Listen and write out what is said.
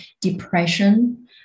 depression